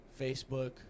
Facebook